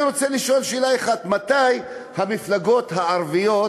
אני רוצה לשאול שאלה אחת: מתי המפלגות הערביות